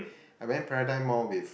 I went Paradigm-Mall with